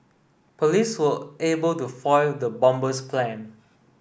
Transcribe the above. police were able to foil the bomber's plan